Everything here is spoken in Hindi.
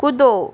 कूदो